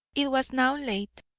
it was now late,